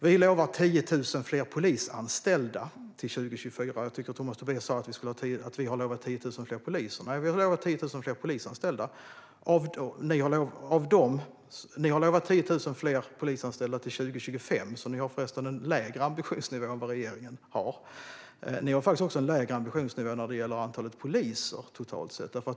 Vi lovar 10 000 fler polisanställda till 2024. Jag tyckte att Tomas Tobé sa att vi har lovat 10 000 fler poliser. Men vi har alltså lovat 10 000 fler polisanställda. Ni har lovat 10 000 fler polisanställda till 2025, så ni har en lägre ambitionsnivå än vad regeringen har. Ni har förresten också en lägre ambitionsnivå vad gäller antalet poliser totalt sett.